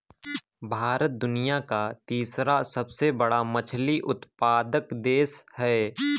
भारत दुनिया का तीसरा सबसे बड़ा मछली उत्पादक देश है